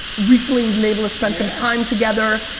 recently we've been able to spend some time together.